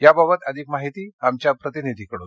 याबाबत अधिक माहिती आमच्या प्रतिनिधीकडून